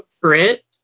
Brit